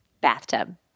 Bathtub